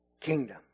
kingdom